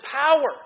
power